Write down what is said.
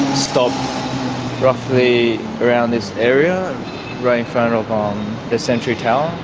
stopped roughly around this area the century tower.